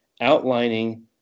outlining